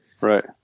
Right